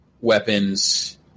weapons